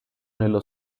nello